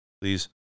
please